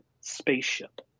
spaceship